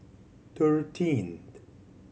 thirteen